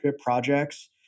projects